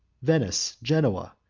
venice, genoa,